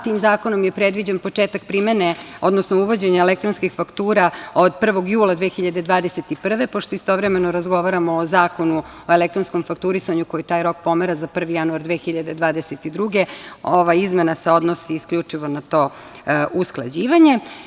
Tim zakonom je predviđen početak primene, odnosno uvođenja elektronskih faktura od 1. jula 2021, pošto istovremeno razgovaramo o Zakonu o elektronskom fakturisanju, koji taj rok pomera za 1. januar 2022. godine, ova izmena se odnosi isključivo na to usklađivanje.